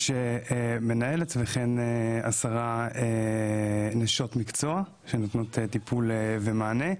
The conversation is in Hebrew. יש מנהלת ועשר נשות מקצוע שנותנות טיפול ומענה.